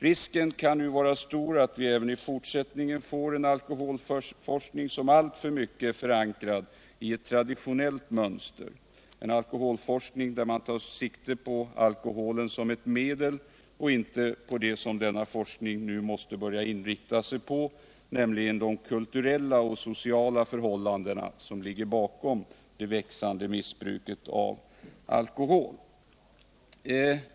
Risken kan nu vara att vi även i fortsättningen får en alkoholforskning som alltför mycket är förankrad i ett traditionellt mönster — en alkoholforskning där man tar sikte på alkoholen som ett medel, och inte på det som denna forskning nu måste börja inrikta sig på, nämligen de kulturella och sociala förhållanden som ligger bakom det växande missbruket av alkohol.